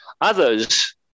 Others